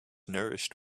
nourished